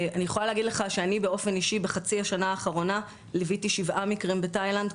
אני באופן אישי בחצי השנה האחרונה ליוויתי שבעה מקרים בתאילנד,